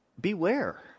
beware